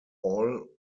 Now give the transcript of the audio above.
all